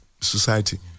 society